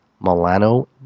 Milano